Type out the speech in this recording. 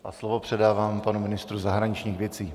A slovo předávám panu ministru zahraničních věcí.